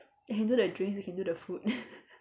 I can do the drinks you can do the food